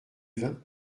vin